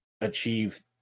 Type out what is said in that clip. achieve